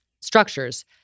structures